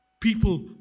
people